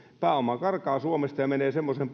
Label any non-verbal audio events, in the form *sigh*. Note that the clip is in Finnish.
pääoma karkaa suomesta ja menee semmoiseen *unintelligible*